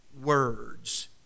words